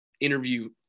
interview